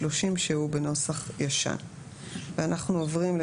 אנחנו מדברים על